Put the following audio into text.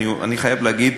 אני חייב להגיד,